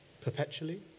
perpetually